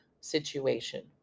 situation